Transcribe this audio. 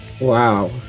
Wow